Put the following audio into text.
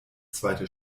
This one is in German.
zweite